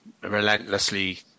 relentlessly